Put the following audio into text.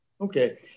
Okay